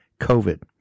COVID